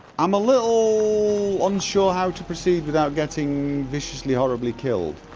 i'm a little unsure how to proceed without getting viciously, horribly killed